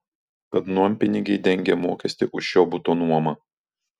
tad nuompinigiai dengia mokestį už šio buto nuomą